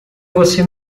você